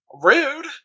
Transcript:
Rude